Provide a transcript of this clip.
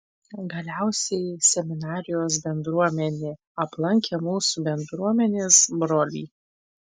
galiausiai seminarijos bendruomenė aplankė mūsų bendruomenės brolį